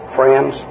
friends